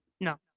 no